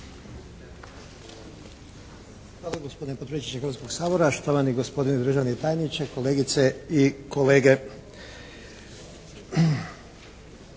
Hvala gospodine potpredsjedniče Hrvatskog sabora, štovani gospodine državni tajniče, kolegice i kolege.